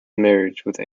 marriage